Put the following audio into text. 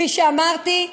כפי שאמרתי,